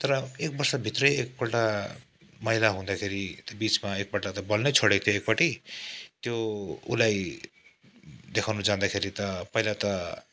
तर एक वर्षभित्रै एकपल्ट मैला हुँदाखेरि त्यो बिचमा एकपल्ट त बल्नै छोडेको थियो एकपट्टि त्यो उसलाई देखाउन जाँदाखेरि त पहिला त